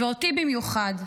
ואותי במיוחד,